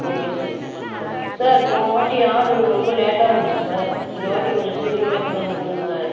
okay sir sir போனவாட்டி order ரொம்ப லேட்டாக வந்துச்சு சார் இந்த வாட்டி கொஞ்சம் சீக்கிரமாக எடுத்துகிட்டு வந்து கொடுங்க சார்